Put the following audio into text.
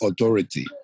authority